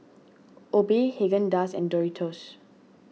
Obey Haagen Dazs and Doritos